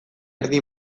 erdi